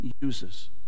uses